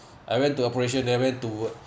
I went to operation then went to w~